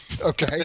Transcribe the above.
Okay